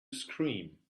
scream